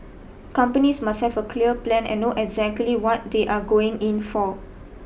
companies must have a clear plan and know exactly what they are going in for